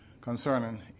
concerning